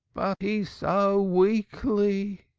he's so weakly,